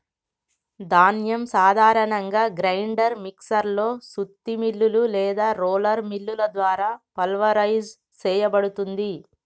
ధాన్యం సాధారణంగా grinder mixer లో సుత్తి మిల్లులు లేదా రోలర్ మిల్లుల ద్వారా పల్వరైజ్ సేయబడుతుంది